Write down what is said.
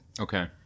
Okay